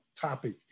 topic